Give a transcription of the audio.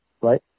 right